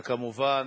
וכמובן,